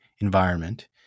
environment